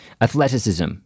athleticism